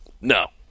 No